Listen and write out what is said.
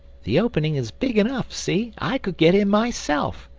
the opening is big enough see, i could get in myself,